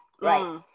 right